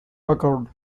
occurred